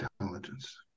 intelligence